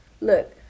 look